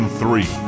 three